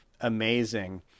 amazing